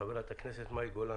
חברת הכנסת מאי גולן,